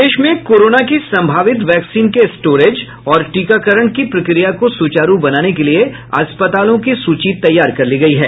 प्रदेश में कोरोना की संभावित वैक्सीन के स्टोरेज और टीकाकरण की प्रक्रिया को सुचारू बनाने के लिये अस्पतालों की सूची बनायी गयी है